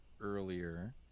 earlier